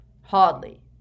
Hardly